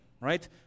right